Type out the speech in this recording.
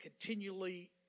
continually